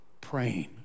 praying